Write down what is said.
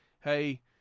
hey